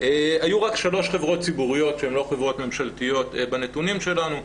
היו רק שלוש חברות ציבוריות שהן לא חברות ממשלתיות בנתונים שלנו,